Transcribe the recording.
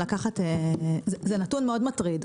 זה נתון מאוד מטריד.